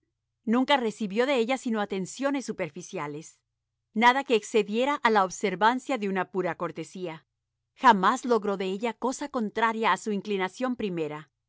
nunca recibió de ella sino atenciones superficiales nada que excediera a la observancia de una pura cortesía jamás logró de ella cosa contraria a su inclinación primera